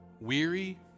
Weary